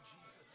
Jesus